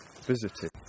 visited